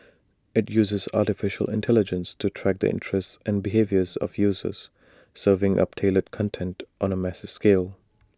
IT uses Artificial Intelligence to track the interests and behaviours of users serving up tailored content on A massive scale